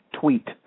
tweet